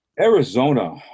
Arizona